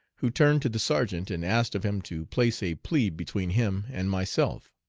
who turned to the sergeant and asked of him to place a plebe between him and myself.